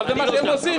אבל זה מה שהם עושים.